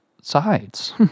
sides